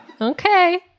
Okay